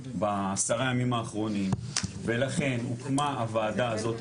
בעשרה ימים האחרונים ולכן הוקמה הוועדה הזאת.